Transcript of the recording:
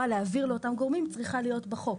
להעביר לאותם גורמים צריכה להיות בחוק.